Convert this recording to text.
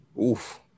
Oof